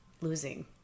losing